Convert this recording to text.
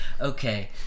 okay